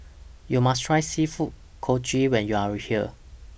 YOU must Try Seafood Congee when YOU Are here